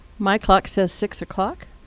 my clock says six o'clock,